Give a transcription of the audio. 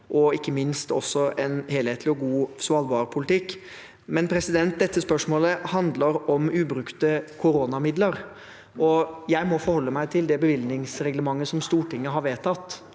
og ikke minst også en helhetlig og god svalbardpolitikk. Men dette spørsmålet handler om ubrukte koronamidler, og jeg må forholde meg til det bevilgningsreglementet som Stortinget har vedtatt.